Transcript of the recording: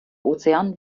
ozean